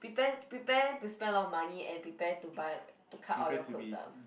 prepare prepare to spend a lot of money and prepare to buy to cut all your clothes up